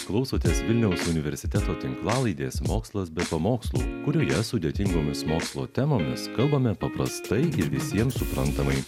klausotės vilniaus universiteto tinklalaidės mokslas be pamokslų kurioje sudėtingomis mokslo temomis kalbame paprastai ir visiems suprantamai